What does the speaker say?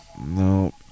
No